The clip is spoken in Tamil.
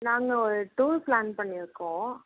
நாங்கள் ஒரு டூர் பிளான் பண்ணியிருக்கோம்